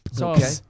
Okay